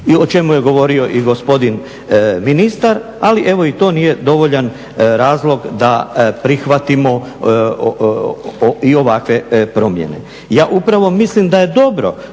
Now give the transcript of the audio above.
o čemu je govorio i gospodin ministar. Ali evo i to nije dovoljan razlog da prihvatimo i ovakve promjene. Ja upravo mislim da je dobro